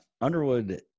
Underwood